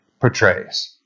portrays